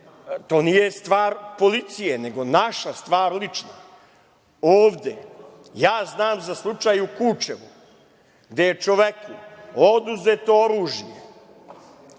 to nije stvar policije, nego naša stvar lično. Ja znam za slučaj u Kučevu, gde je čoveku oduzeto oružje,